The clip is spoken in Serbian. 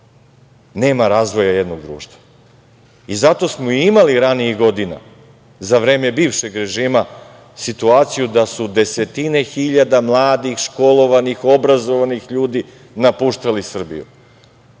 nema razvoja jednog društva. Zato smo imali ranijih godina za vreme bivšeg režima situaciju da su desetine hiljada mladih, školovanih, obrazovanih ljudi napuštali Srbiju. Da